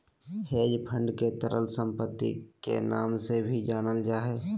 hedge fund के तरल सम्पत्ति के नाम से भी जानल जा हय